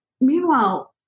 Meanwhile